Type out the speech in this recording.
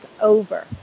over